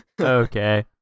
Okay